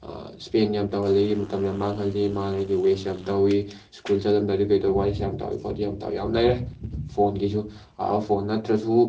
ꯏꯁꯄꯦꯟ ꯌꯥꯝ ꯇꯧꯍꯜꯂꯤ ꯑꯩꯒꯤ ꯃꯇꯝ ꯌꯥꯝ ꯃꯥꯡꯍꯜꯂꯤ ꯃꯥꯅ ꯑꯩꯒꯤ ꯋꯦꯁ ꯌꯥꯝ ꯇꯧꯏ ꯁ꯭ꯀꯨꯜ ꯆꯠꯂꯝꯗꯥꯏꯗ ꯀꯩꯗꯧꯕ ꯋꯦꯁ ꯌꯥꯝ ꯇꯧꯏ ꯌꯥꯝ ꯂꯩꯔꯦ ꯐꯣꯟꯒꯤꯁꯨ ꯑꯥ ꯐꯣꯟ ꯅꯠꯇ꯭ꯔꯁꯨ